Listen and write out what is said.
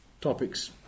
topics